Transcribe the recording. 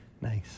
Nice